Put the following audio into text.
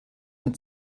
mit